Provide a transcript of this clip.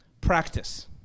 Practice